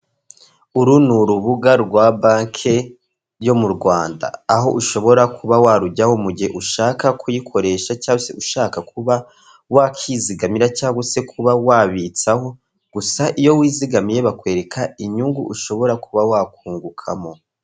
Uru ni urubuga rwa banke yo mu Rwanda. Aho ushobora kuba warujyaho mu gihe ushaka kuyikoresha cyangwa se ushaka kuba wakizigamira cyangwa se kuba wabitsaho, gusa iyo wizigamiye bakwereka inyungu ushobora kuba wakungukamo.